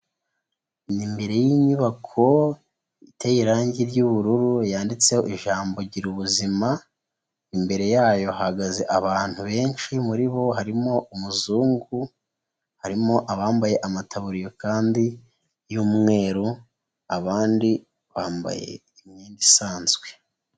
Ni imbere y'inyubako iteye irangi ry'ubururu, yanditseho ijambo Girubuzima, imbere yayo hahagaze abantu benshi muri bo harimo umuzungu, harimo abambaye amataburiya kandi y'umweru, abandi bambaye imyenda isanzwe.